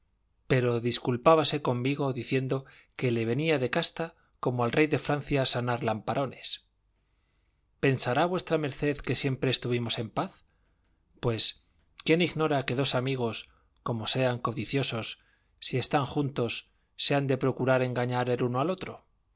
pero disculpábase conmigo diciendo que le venía de casta como al rey de francia sanar lamparones pensará v md que siempre estuvimos en paz pues quién ignora que dos amigos como sean codiciosos si están juntos se han de procurar engañar el uno al otro